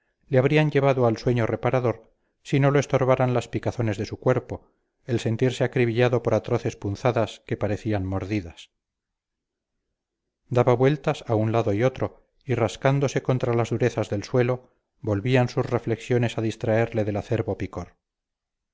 le habrían llevado al sueño reparador si no lo estorbaran las picazones de su cuerpo el sentirse acribillado por atroces punzadas que parecían mordidas daba vueltas a un lado y otro y rascándose contra las durezas del suelo volvían sus reflexiones a distraerle del acerbo picor